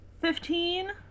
Fifteen